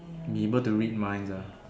be able to read minds ah